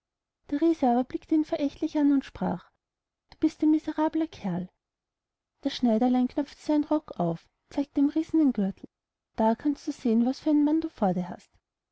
aber blickte ihn verächtlich an und sprach du bist ein miserabeler kerl das schneiderlein knöpfte seinen rock auf zeigte dem riesen den gürtel da kannst du sehen was du für einen mann vor dir hast